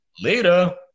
later